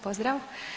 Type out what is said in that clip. Pozdrav.